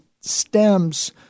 stems